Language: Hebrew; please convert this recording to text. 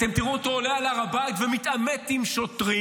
אתם תראו אותו עולה להר הבית ומתעמת עם שוטרים.